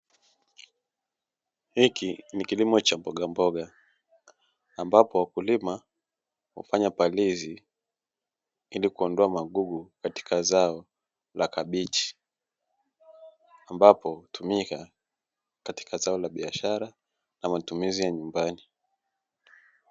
Hiki ni kilimo cha mbogamboga ambapo wakulima hufanya palizi, ili kuondoa magugu katika zao la kabichi ambapo hutumika katika zao la biashara na matumizi ya nyumbani.